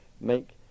make